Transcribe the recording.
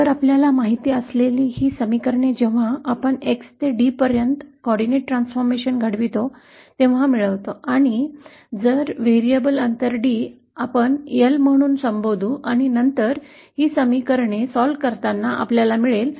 तर आपल्याला माहित असलेली ही समीकरणे जेव्हा आपण X ते D पर्यंत समन्वय परिवर्तन घडवितो तेव्हा काय मिळवतो आणि जर D बरोबर व्हेरिएबल अंतर L असेल तर आपण L म्हणून संबोधू आणि नंतर ही समीकरणे सोडवताना आपल्याला मिळेल